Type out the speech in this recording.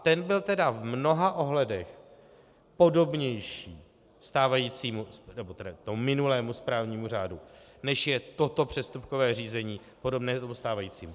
Ten byl tedy v mnoha ohledech podobnější stávajícímu, nebo tedy minulému správnímu řádu, než je toto přestupkové řízení podobné tomu stávajícímu.